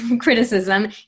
criticism